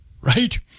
Right